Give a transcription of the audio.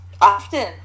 Often